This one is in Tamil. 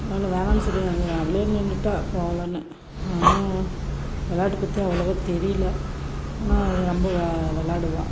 அவளை வேணாம்னு சொல்லி அவளே நின்றுட்டா போகலன்னு விளையாட்ட பற்றி அவ்வளோவா தெரியல ஆனால் அது ரொம்ப விளாடுவா